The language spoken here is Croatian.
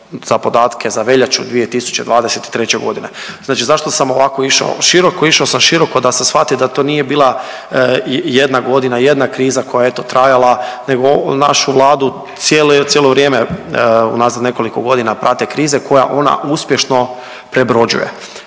za podatke, za veljaču 2023.g.. Znači zašto sam ovako išao široko? Išao sam široko da se shvati da to nije bila jedna godina i jedna kriza koja je eto trajala nego našu Vladu cijelu, cijelo vrijeme unazad nekoliko godina prate krize koje ona uspješno prebrođuje